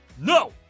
No